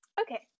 Okay